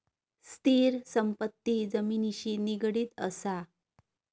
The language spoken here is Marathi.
स्थिर संपत्ती जमिनिशी निगडीत असा